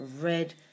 red